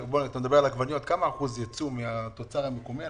אתה מדבר על עגבניות כמה אחוז ייצוא יש לנו מהתוצר המקומי?